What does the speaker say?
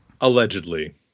Allegedly